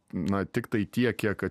na tiktai tiek kiek